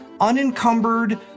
unencumbered